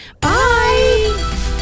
Bye